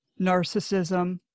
narcissism